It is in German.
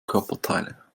körperteile